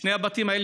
שני הבתים האלה,